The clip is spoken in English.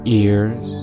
ears